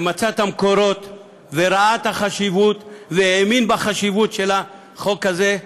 שמצא את המקורות וראה את החשיבות והאמין בחשיבות של החוק הזה.